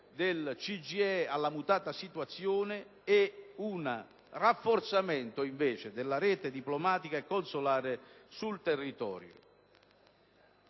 della CGIE alla mutata situazione ed un rafforzamento invece della rete diplomatica consolare sul territorio.